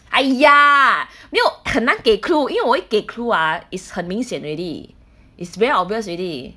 !aiya! 没有很难给 clue 因为我一给 clue ah is 很明显 already it's very obvious already